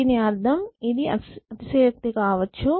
దీని అర్థం ఇది అతిశయోక్తి కావచ్చు